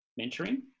mentoring